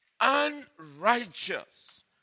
unrighteous